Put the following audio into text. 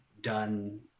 done